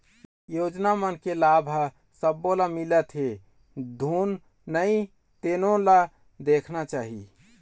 योजना मन के लाभ ह सब्बो ल मिलत हे धुन नइ तेनो ल देखना चाही